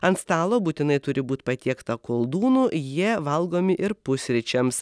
ant stalo būtinai turi būt patiekta koldūnų jie valgomi ir pusryčiams